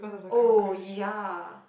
oh ya